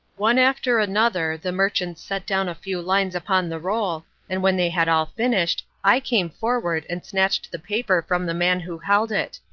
one after another the merchants set down a few lines upon the roll, and when they had all finished, i came forward, and snatched the paper from the man who held it.